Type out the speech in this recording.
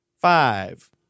Five